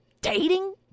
dating